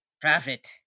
profit